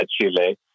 Chile